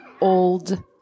old